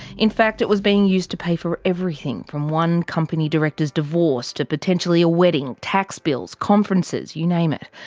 in fact, it was being used to pay for everything from one company director's divorce, to potentially a wedding, tax bills, conferences, you name it.